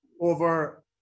over